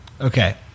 Okay